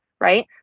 right